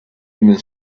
even